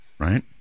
right